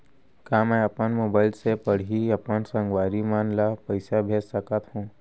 का मैं अपन मोबाइल से पड़ही अपन संगवारी मन ल पइसा भेज सकत हो?